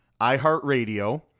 iHeartRadio